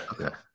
okay